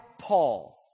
Paul